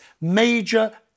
major